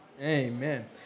Amen